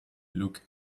look